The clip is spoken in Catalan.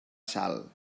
sal